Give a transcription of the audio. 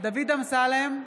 דוד אמסלם,